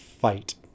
fight